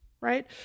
right